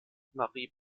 marie